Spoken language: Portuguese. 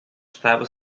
estava